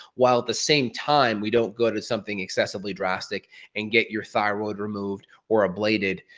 while at the same time, we don't go to something excessively drastic and get your thyroid removed or ablated,